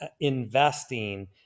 investing